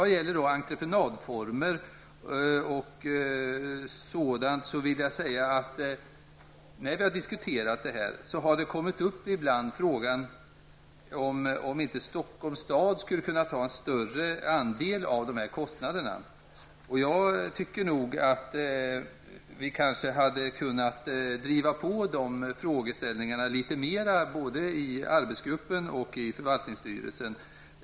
Vad gäller entreprenadformer vill jag säga att när vi diskuterat detta har ibland frågan kommit upp om inte Stockholms stad skulle kunna ta en större andel av kostnaderna. Jag tycker att vi kanske borde ha drivit på dessa frågor litet mera både i arbetsgruppen och i förvaltningsstyrelsen.